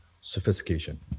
sophistication